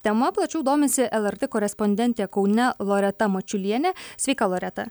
tema plačiau domisi lrt korespondentė kaune loreta mačiulienė sveika loreta